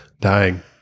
dying